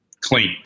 clean